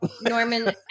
Norman